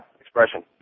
expression